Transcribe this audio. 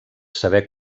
saber